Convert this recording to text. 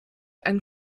einen